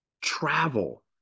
travel